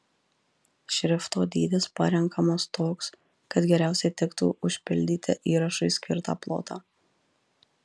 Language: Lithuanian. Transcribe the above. šrifto dydis parenkamas toks kad geriausiai tiktų užpildyti įrašui skirtą plotą